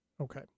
Okay